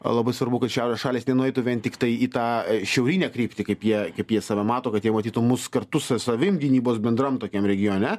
labai svarbu kad šiaurės šalys nenueitų vien tiktai į tą šiaurinę kryptį kaip jie kaip jie save mato bet jie matytų mus kartu su savimi gynybos bendram tokiam regione